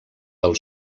del